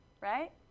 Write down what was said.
right